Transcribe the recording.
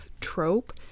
trope